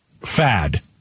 fad